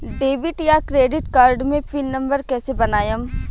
Debit या credit card मे pin number कैसे बनाएम?